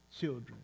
children